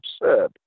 absurd